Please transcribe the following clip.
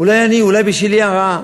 אולי אני, אולי בשלי הרעה.